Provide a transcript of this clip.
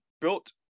built